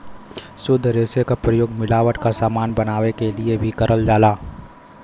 शुद्ध रेसे क प्रयोग मिलावट क समान बनावे क लिए भी करल जाला